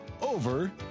over